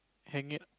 hang it